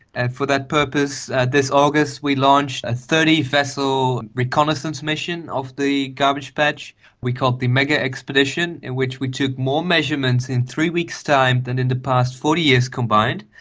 and for that purpose this august we launch a thirty vessel reconnaissance mission of the garbage patch we call the mega expedition in which we took more measurements in three weeks' time than in the past forty years combined,